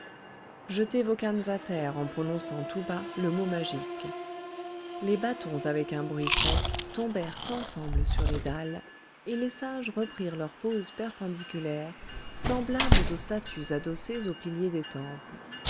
jetez vos cannes à terre en prononçant tout bas le mot magique les bâtons avec un bruit sec tombèrent ensemble sur les dalles et les sages reprirent leur pose perpendiculaire semblables aux statues adossées aux piliers des temples